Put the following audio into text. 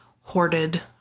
hoarded